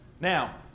Now